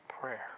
prayer